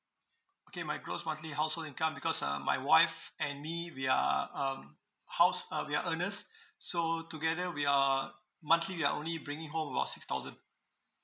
okay my gross monthly household income because uh my wife and me we are um house uh we are earnest so together we are monthly we are only bringing home about six thousand